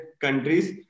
countries